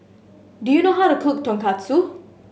do you know how to cook Tonkatsu